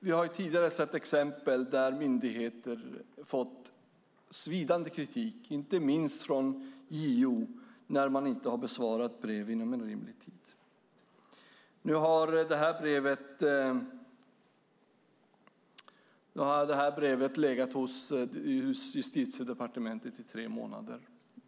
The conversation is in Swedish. Vi har tidigare sett exempel på att myndigheter fått svidande kritik, inte minst från JO, när man inte har besvarat brev inom rimlig tid. Det här brevet har legat på Justitiedepartementet i tre månader.